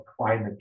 climate